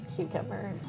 Cucumber